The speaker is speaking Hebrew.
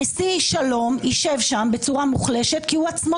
האם נשיא שלום שישב שם בצורה מוחלשת כי הוא עצמו